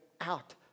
out